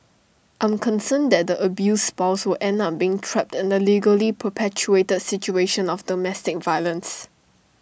I'm concerned that the abused spouse will end up being trapped in the legally perpetuated situation of domestic violence